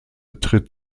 tritt